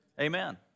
Amen